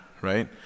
right